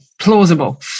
plausible